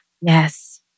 Yes